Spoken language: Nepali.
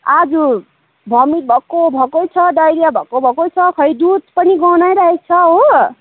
आज भोमिट भएको भएकै छ डाइरिया भएको भएकै छ खै दुध पनि गनाइराखेको छ हो